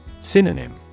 Synonym